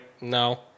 No